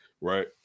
right